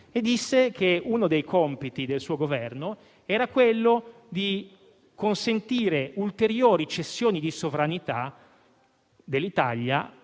ossia che uno dei compiti del suo Governo sarebbe stato quello di consentire ulteriori cessioni di sovranità dell'Italia